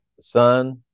sun